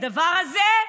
הדבר הזה,